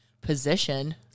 position